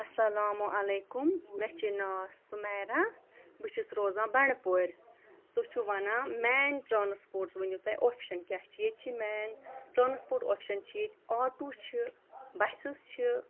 اَسَلامُ علیکُم مےٚ چھِ ناو سُمیرا بہٕ چھَس روزان بَنٛڈٕپورِ تُہۍ چھُو وَنان مین ٹرٛانسپوٹ ؤنِو تُہۍ آپشَن کیٛاہ چھِ ییٚتہِ چھِ مین ٹرٛانسپوٹ آپشَن چھِ ییٚتہِ آٹوٗ چھِ بَسٕز چھِ